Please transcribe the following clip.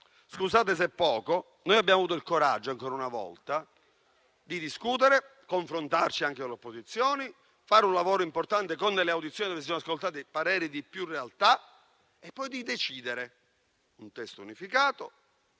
scusate se è poco - noi abbiamo avuto il coraggio, ancora una volta, di discutere, di confrontarci anche con le opposizioni, di fare un lavoro importante con delle audizioni nelle quali sono stati ascoltati i pareri di più realtà e poi di decidere per un testo unificato,